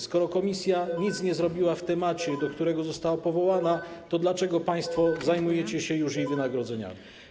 Skoro komisja nic nie zrobiła w sprawie, do której wyjaśnienia została powołana, to dlaczego państwo zajmujecie się już jej wynagrodzeniami?